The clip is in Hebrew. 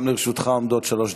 גם לרשותך עומדות שלוש דקות.